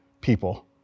people